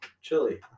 Chili